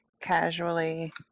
casually